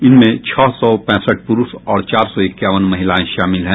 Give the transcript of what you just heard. इनमें छह सौ पैंसठ पुरूष और चार सौ इक्यावन महिलायें शामिल हैं